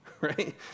right